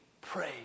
pray